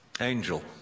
Angel